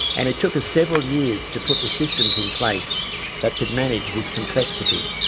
and it took us several years to put the systems in place that could manage this complexity.